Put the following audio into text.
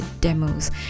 demos